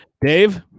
Dave